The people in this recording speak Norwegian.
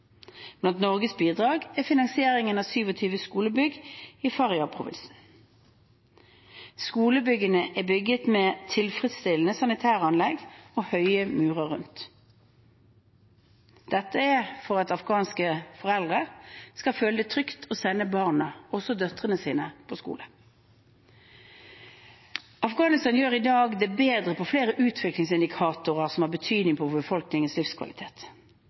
Blant Norges bidrag er finansieringen av 27 skolebygg i Faryab-provinsen. Skolebyggene er bygget med tilfredsstillende sanitære anlegg og med høye murer rundt, slik at afghanske foreldre skal føle det trygt å sende barna – også døtrene sine – på skolen. Afghanistan gjør det i dag bedre på flere utviklingsindikatorer som har betydning for befolkningens livskvalitet.